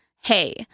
Hey